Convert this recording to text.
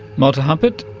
malte humpert,